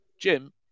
Jim